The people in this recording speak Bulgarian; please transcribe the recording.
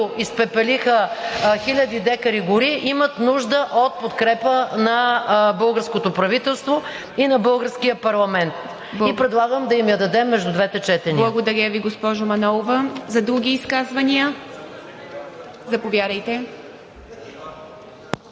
изпепелиха хиляди декари гори. Имат нужда от подкрепа на българското правителство и на българския парламент и предлагам да им я дадем между двете четения. ПРЕДСЕДАТЕЛ ИВА МИТЕВА: Благодаря Ви, госпожо Манолова. За други изказвания? Заповядайте,